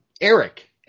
Eric